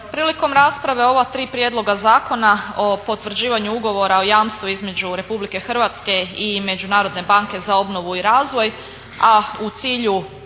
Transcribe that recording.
Prilikom rasprave ova tri prijedloga zakona o potvrđivanju ugovora o jamstvu između Republike Hrvatske i Međunarodne banke za obnovu i razvoj, a u cilju